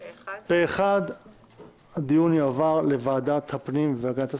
פה אחד הוחלט שהדיון יועבר לוועדת הפנים והגנת הסביבה.